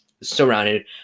surrounded